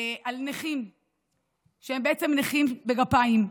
על נכים שהם בעצם נכים בגפיים,